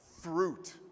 fruit